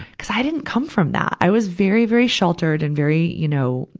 cuz i didn't come from that. i was very, very sheltered and very, you know,